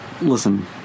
listen